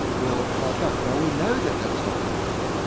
well, hard luck? now, we know that that's not good enough.